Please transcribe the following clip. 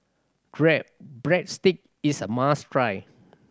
breadstick is a must try